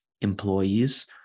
employees